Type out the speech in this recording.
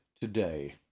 today